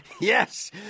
Yes